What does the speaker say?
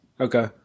Okay